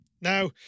Now